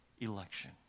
election